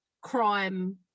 crime